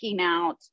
out